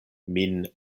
min